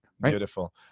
Beautiful